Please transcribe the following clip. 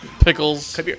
Pickles